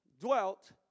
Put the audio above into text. dwelt